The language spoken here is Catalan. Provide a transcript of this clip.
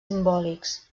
simbòlics